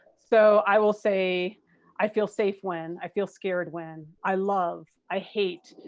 so i will say i feel safe when, i feel scared when, i love, i hate,